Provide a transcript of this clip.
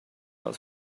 aus